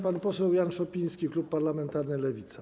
Pan poseł Jan Szopiński, klub parlamentarny Lewica.